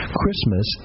Christmas